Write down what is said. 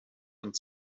und